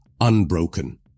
unbroken